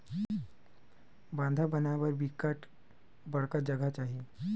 बांधा बनाय बर बिकट बड़का जघा चाही होथे